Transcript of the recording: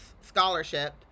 scholarship